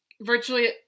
virtually